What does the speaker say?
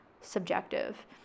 subjective